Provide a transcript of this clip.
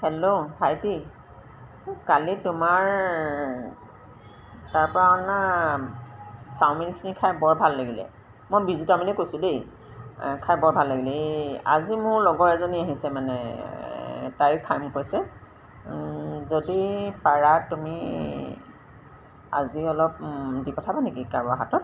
hello ভাইটি কালি তোমাৰ তাৰপৰা অনা চাওমিনখিনি খাই বৰ ভাল লাগিলে মই বিজু তামুলীয়ে কৈছোঁ দেই খাই বৰ ভাল লাগিলে এই আজি মোৰ লগৰ এজনী আহিছে মানে তাই খাম কৈছে যদি পাৰা তুমি আজি অলপ দি পঠাবা নেকি কাৰোবাৰ হাতত